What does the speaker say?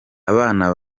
abana